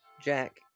Jack